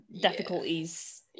difficulties